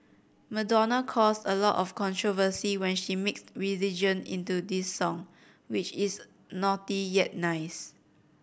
Madonna caused a lot of controversy when she mixed religion into this song which is naughty yet nice